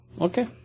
Okay